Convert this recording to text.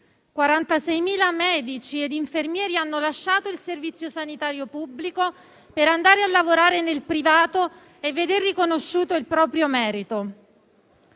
46.000 medici e infermieri hanno lasciato il Servizio sanitario pubblico per andare a lavorare nel privato e veder riconosciuto il proprio merito.